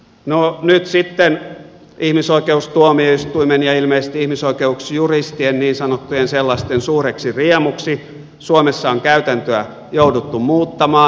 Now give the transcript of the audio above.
no nyt sitten ihmisoikeustuomioistuimen ja ilmeisesti niin sanottujen ihmisoikeusjuristien suureksi riemuksi suomessa on käytäntöä jouduttu muuttamaan